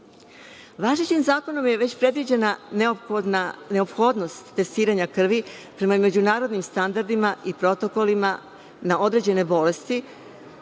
Važećim zakonom je već predviđena neophodnost testiranja krvi prema međunarodnim standardima i protokolima na određene bolesti